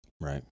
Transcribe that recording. Right